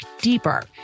deeper